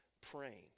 praying